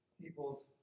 people's